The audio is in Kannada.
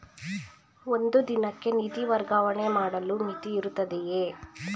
ಒಂದು ದಿನಕ್ಕೆ ನಿಧಿ ವರ್ಗಾವಣೆ ಮಾಡಲು ಮಿತಿಯಿರುತ್ತದೆಯೇ?